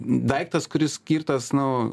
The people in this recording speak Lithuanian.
daiktas kuris skirtas nu